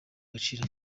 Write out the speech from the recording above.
gaciro